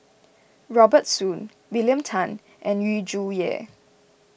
Robert Soon William Tan and Yu Zhuye